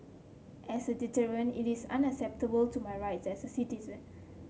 as a deterrent it is unacceptable to my rights as a citizen